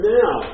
now